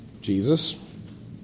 Jesus